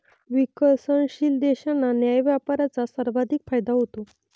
विकसनशील देशांना न्याय्य व्यापाराचा सर्वाधिक फायदा होतो